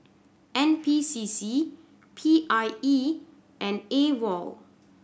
N P C C P I E and AWOL